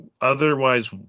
otherwise